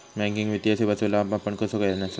Banking वित्तीय सेवाचो लाभ आपण कसो घेयाचो?